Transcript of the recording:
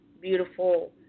beautiful